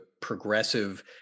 progressive